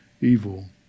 evil